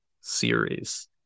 Series